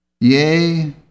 yea